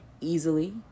easily